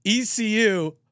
ECU